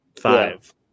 five